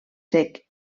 sec